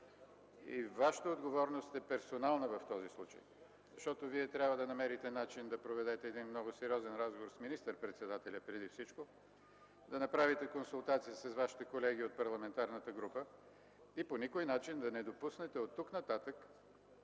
Вашата отговорност е персонална в този случай, защото Вие трябва да намерите начин да проведете един много сериозен разговор с министър-председателя преди всичко, да направите консултации с Вашите колеги от парламентарната група, и по никой начин да не допуснете оттук-нататък